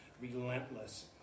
relentless